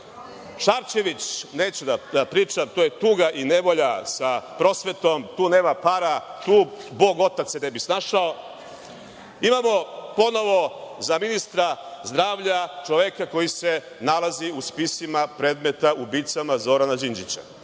Neću da pričam. To je tuga i nevolja sa prosvetom. Tu nema para, tu Bog otac se ne bi snašao. Imamo ponovo za ministra zdravlja čoveka koji se nalazi u spisima predmeta ubica Zorana Đinđića,